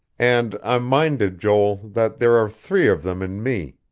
and i'm minded, joel, that there are three of them in me.